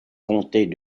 comtés